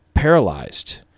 paralyzed